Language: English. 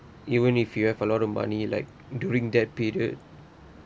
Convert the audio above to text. even if you have a lot of money like during that period